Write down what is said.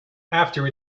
after